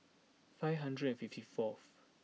five hundred and fifty fourth